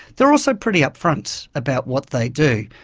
they are also pretty upfront about what they do.